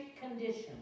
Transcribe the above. condition